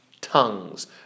tongues